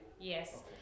yes